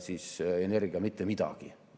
[kuluv] energia mitte midagi.